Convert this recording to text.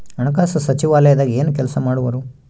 ಹಣಕಾಸು ಸಚಿವಾಲಯದಾಗ ಏನು ಕೆಲಸ ಮಾಡುವರು?